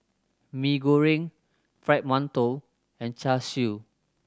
Mee Goreng Fried Mantou and Char Siu